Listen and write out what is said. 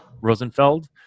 Rosenfeld